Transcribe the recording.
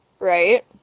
Right